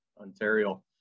Ontario